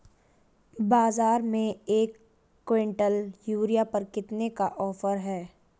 बाज़ार में एक किवंटल यूरिया पर कितने का ऑफ़र है?